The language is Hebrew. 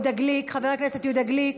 חבר הכנסת יהודה גליק,